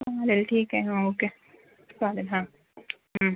चालेल ठीक आहे ओके चालेल हां